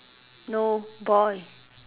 no boy